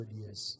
years